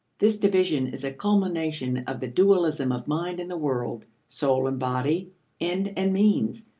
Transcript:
this division is a culmination of the dualism of mind and the world, soul and body, end and means,